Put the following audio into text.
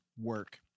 work